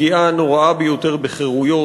הפגיעה הנוראה ביותר בחירויות.